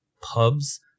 pubs